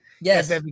Yes